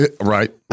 Right